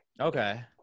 Okay